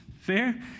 Fair